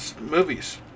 Movies